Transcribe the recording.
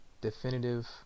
definitive